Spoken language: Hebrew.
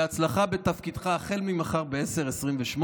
בהצלחה בתפקידך החל ממחר ב-10:28,